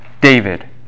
David